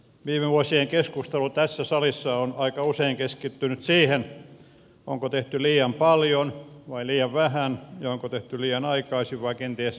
viime vuosien keskustelu tässä salissa on aika usein keskittynyt siihen onko tehty liian paljon vai liian vähän ja onko tehty liian aikaisin vai kenties liian myöhään